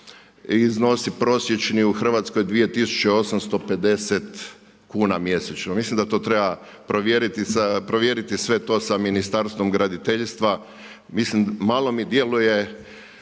iznosi prosječni u Hrvatskoj 2850 kuna mjesečno. Mislim da to treba provjeriti sve to Ministarstvo graditeljstva. Malo mi djeluje